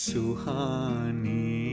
Suhani